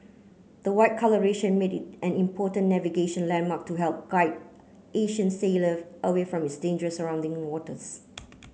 the white colouration made it an important navigation landmark to help guide ancient sailor away from its danger surrounding waters